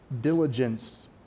diligence